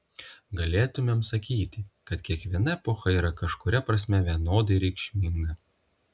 galėtumėm sakyti kad kiekviena epocha yra kažkuria prasme vienodai reikšminga